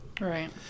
Right